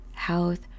health